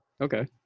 okay